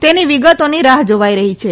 તેની વિગતોની રાહ જોવાઈ રહી છે